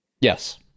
Yes